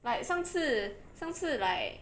like 上次上次 like